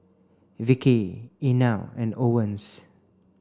Vickey Inell and Owens